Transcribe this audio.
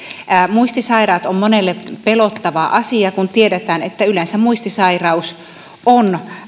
muistisairaat ovat monelle pelottava asia kun tiedetään että yleensä muistisairaus on